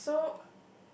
yes so